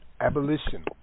Abolition